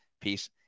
piece